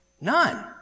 None